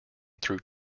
through